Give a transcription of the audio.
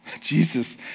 Jesus